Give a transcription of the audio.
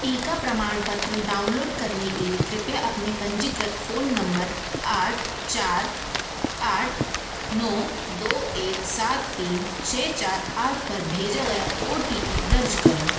टीका प्रमाण पत्र डाउनलोड करने के लिए कृपया अपने पंजीकृत फ़ोन नंबर आठ चार आठ नौ एक सात तीन छ चार आठ पर भेजा गया ओ टी पी दर्ज करें